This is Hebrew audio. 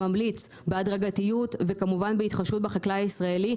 ממליץ בהדרגתיות וכמובן בהתחשבות בחקלאי הישראלי,